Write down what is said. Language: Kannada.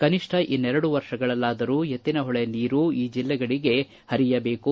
ಕನಿಪ್ಪ ಇನ್ನೆರಡು ವರ್ಷಗಳಲ್ಲಾದರೂ ಎತ್ತಿನಹೊಳೆ ನೀರು ಈ ಜಿಲ್ಲೆಗಳಿಗೆ ಹರಿಯಬೇಕು